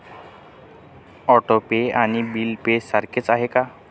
Auto pay आणि bill pay सारखेच आहे का?